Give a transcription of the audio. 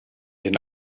den